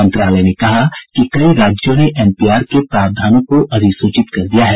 मंत्रालय ने कहा कि कई राज्यों ने एन पी आर के प्रावधानों को अधिसूचित कर दिया है